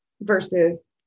versus